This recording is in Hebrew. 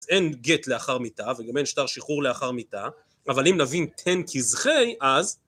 אין גט לאחר מיתה, וגם אין שטר שחרור לאחר מיתה, אבל אם נבין תן כזכי, אז...